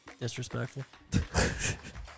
Disrespectful